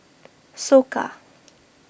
Soka